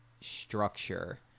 structure